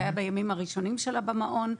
זה היה בימים הראשונים שלה במעון.